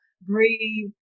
breathe